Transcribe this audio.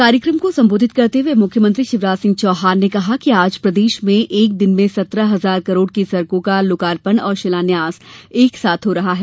कार्यक्रम को संबोधित करते हुये मुख्यमंत्री शिवराज सिंह चौहान ने कहा कि आज प्रदेश में एक दिन में सत्रह हजार करोड़ की सड़को का लोकार्पण और शिलान्यास एक साथ हो रहा है